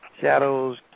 Shadows